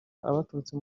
abaturutse